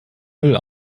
müll